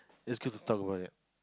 that's good to talk about that